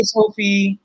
Sophie